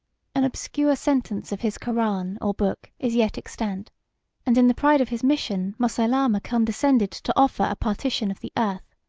an obscure sentence of his koran, or book, is yet extant and in the pride of his mission, moseilama condescended to offer a partition of the earth.